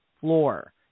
floor